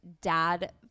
dad